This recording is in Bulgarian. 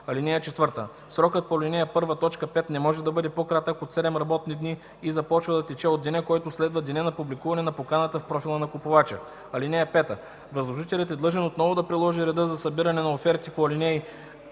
(4) Срокът по ал. 1, т. 5 не може да бъде по-кратък от 7 работни дни и започва да тече от деня, който следва деня на публикуването на поканата в профила на купувача. (5) Възложителят е длъжен отново да приложи реда за събиране на оферти по ал.